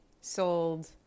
sold